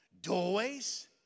Doorways